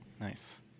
Nice